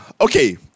okay